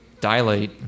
dilate